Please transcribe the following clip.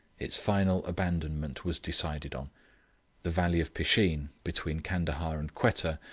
its final abandonment was decided on the valley of pisheen, between candahar and quetta,